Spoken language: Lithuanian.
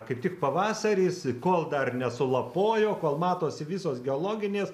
kaip tik pavasaris kol dar nesulapojo kol matosi visos geologinės